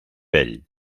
ell